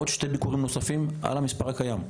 עוד שני ביקורים על המספר הקיים.